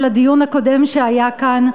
על הדיון הקודם שהיה כאן,